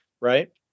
right